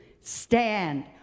stand